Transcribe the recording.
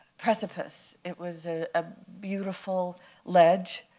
precipice. it was a ah beautiful ledge,